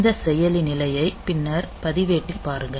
இந்த செயலி நிலையை பின்னர் பதிவேட்டில் பாருங்கள்